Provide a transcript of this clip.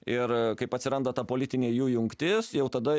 ir kaip atsiranda ta politinė jų jungtis jau tada